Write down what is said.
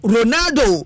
Ronaldo